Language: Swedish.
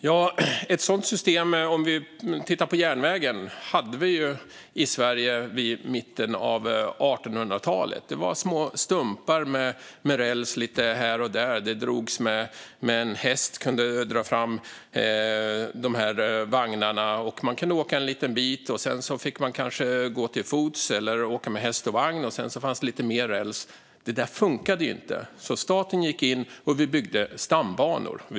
Fru talman! Om vi tittar på järnvägen hade vi ett sådant system i Sverige i mitten av 1800-talet. Det var små stumpar med räls lite här och där. En häst kunde dra fram dessa vagnar. Man kunde åka en liten bit. Sedan fick man kanske gå till fots eller åka med häst och vagn. Och sedan fanns det lite mer räls. Detta funkade inte. Därför gick staten in, och stambanor byggdes.